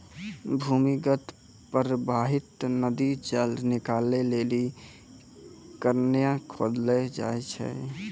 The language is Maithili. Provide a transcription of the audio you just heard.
भूमीगत परबाहित नदी जल निकालै लेलि कुण्यां खोदलो जाय छै